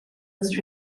was